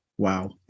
Wow